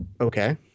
Okay